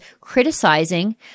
criticizing